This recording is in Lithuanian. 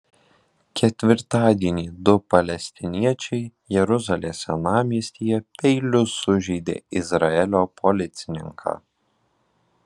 ketvirtadienį du palestiniečiai jeruzalės senamiestyje peiliu sužeidė izraelio policininką